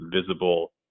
visible